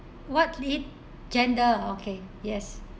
what lead gender okay yes